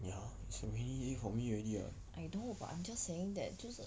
I know but I'm just saying that 就是